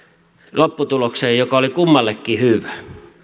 lopputulokseen joka oli kummallekin hyvä